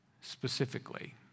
specifically